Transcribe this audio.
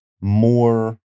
more